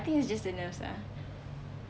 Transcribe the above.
I think it's just the nerves ah